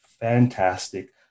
fantastic